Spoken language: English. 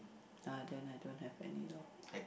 ah then I don't have any lor